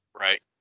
Right